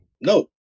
No